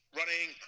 running